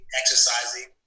exercising